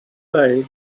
day